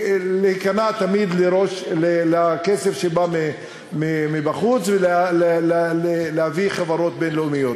להיכנע תמיד לכסף שבא מבחוץ ולהבאת חברות בין-לאומיות.